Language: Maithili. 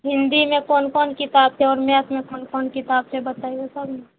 हिन्दीमे कोन कोन किताब छै आओर मैथमे कोन कोन किताब छै बतेबै तब ने